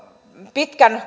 pitkän